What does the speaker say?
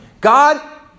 god